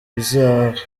bizarre